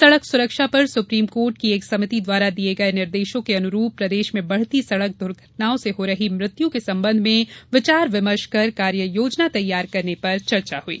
सड़क सुरक्षा पर सुप्रीम कोर्ट की एक समिति द्वारा दिये गये निर्देशों के अनुरूप प्रदेश में बढ़ती सड़क दुर्घटनाओं से हो रही मृत्यु के संबंध में विचार विमर्श कर कार्य योजना तैयार करने पर चर्चा हुई